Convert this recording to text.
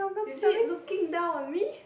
is it looking down on me